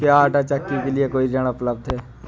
क्या आंटा चक्की के लिए कोई ऋण उपलब्ध है?